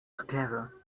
together